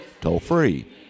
toll-free